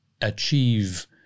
achieve